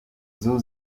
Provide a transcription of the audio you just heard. nzu